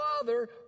father